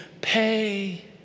Pay